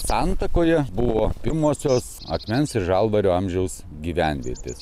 santakoje buvo pirmosios akmens ir žalvario amžiaus gyvenvietės